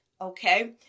okay